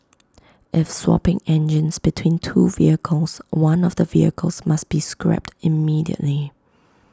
if swapping engines between two vehicles one of the vehicles must be scrapped immediately